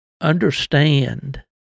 understand